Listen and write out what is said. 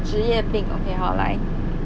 职业病 okay 好来